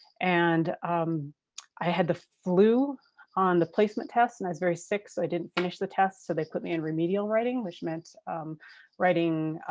and um i had the flu on the placement test and i was very sick so i didn't finish the test, so they put me in remedial writing, which meant writing